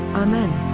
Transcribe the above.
amen.